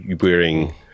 wearing